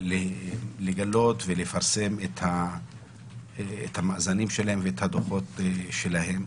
לגלות ולפרסם את המאזנים שלהם ואת הדוחות שלהם,